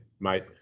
mate